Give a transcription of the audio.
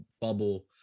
bubble